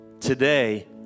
today